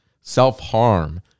self-harm